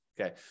okay